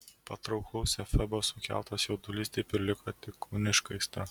patrauklaus efebo sukeltas jaudulys taip ir liko tik kūniška aistra